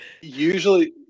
Usually